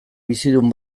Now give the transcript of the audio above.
bizidun